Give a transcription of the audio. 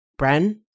Bren